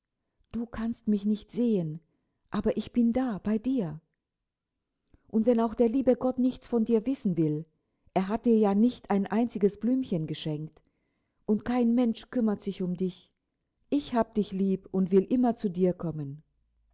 du kannst mich nicht sehen aber ich bin da bei dir und wenn auch der liebe gott nichts von dir wissen will er hat dir ja nicht ein einziges blümchen geschenkt und kein mensch kümmert sich um dich ich hab dich lieb und will immer zu dir kommen